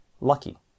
lucky